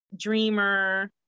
Dreamer